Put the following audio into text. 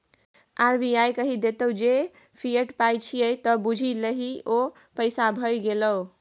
RBI कहि देतौ जे ई फिएट पाय छियै त बुझि लही ओ पैसे भए गेलै